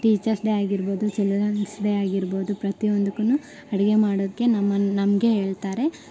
teachers day ಆಗಿರ್ಬೋದು childrens day ಆಗಿರ್ಬೋದು ಪ್ರತಿ ಒಂದಕ್ಕುನೂ ಅಡುಗೆ ಮಾಡೋಕೆ ನಮ್ಮನ್ನು ನಮಗೆ ಹೇಳ್ತಾರೆ